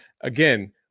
Again